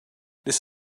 this